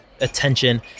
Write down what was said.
attention